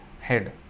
head